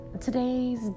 today's